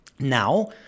Now